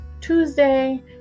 tuesday